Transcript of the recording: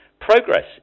progress